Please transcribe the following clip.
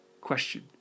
Question